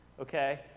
Okay